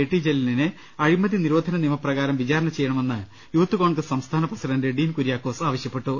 T ജലീലിനെ അഴിമതി നിരോധന നിയമപ്രകാരം വിചാരണ ചെയ്യണമെന്ന് യൂത്ത് കോൺഗ്രസ് സംസ്ഥാന പ്രസിഡന്റ് ഡീൻകുര്യാക്കോസ് ആവശ്യപ്പെട്ടു